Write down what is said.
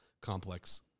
complex